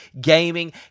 gaming